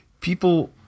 People